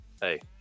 hey